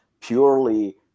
purely